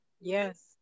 yes